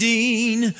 Dean